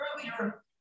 earlier